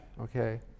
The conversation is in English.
Okay